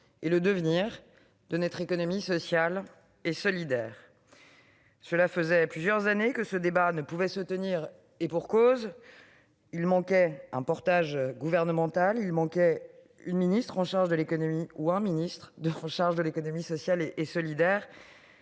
et le devenir de notre économie sociale et solidaire. Cela faisait plusieurs années que ce débat ne pouvait se tenir, et pour cause : il manquait un portage gouvernemental et une ou un ministre chargé de l'économie sociale et solidaire.